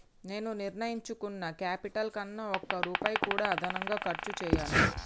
నేను నిర్ణయించుకున్న క్యాపిటల్ కన్నా ఒక్క రూపాయి కూడా అదనంగా ఖర్చు చేయను